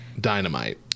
Dynamite